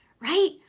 right